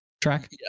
track